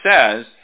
says